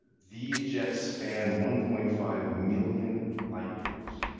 these jets span one point five million light years,